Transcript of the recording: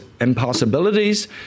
impossibilities